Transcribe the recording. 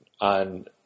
on